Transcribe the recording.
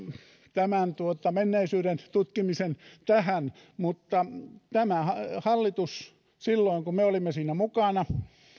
tämän menneisyyden tutkimisen tähän mutta tämä hallitus silloin kun me olimme siinä mukana